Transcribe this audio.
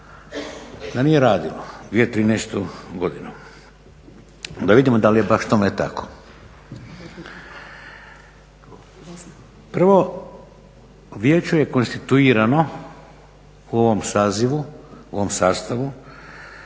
da nije radilo 2013. godinu. Da vidimo da li je tome baš tako. Prvo vijeće je konstituirano u ovom sazivu, u ovom sastavu